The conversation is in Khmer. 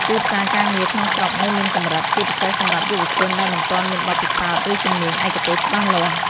ទីផ្សារការងារក្នុងស្រុកនៅមានកម្រិត ជាពិសេសសម្រាប់យុវជនដែលមិនទាន់មានបទពិសោធន៍ ឬជំនាញឯកទេសច្បាស់លាស់។